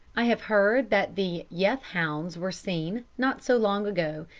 i have heard that the yeth hounds were seen, not so long ago,